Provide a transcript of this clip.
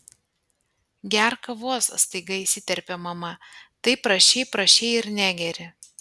gerk kavos staiga įsiterpė mama taip prašei prašei ir negeri